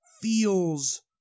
feels